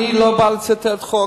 אני לא בא לצטט חוק.